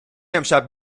امشب